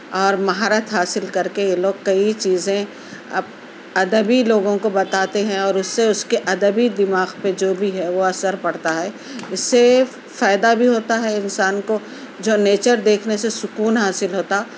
اور مہارت حاصل کرکے یہ لوگ کئی چیزیں اب ادبی لوگوں کو بتاتے ہیں اور اُس سے اُس کے ادبی دماغ پہ جو بھی ہے وہ اثر پڑتا ہے اِس سے فائدہ بھی ہوتا ہے انسان کو جو نیچر دیکھنے سے سکون حاصل ہوتا